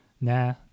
Nah